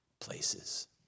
places